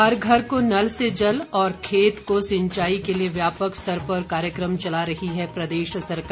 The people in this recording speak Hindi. हर घर को नल से जल और खेत को सिंचाई के लिए व्यापक स्तर पर कार्यक्रम चला रही है प्रदेश सरकार